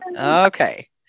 Okay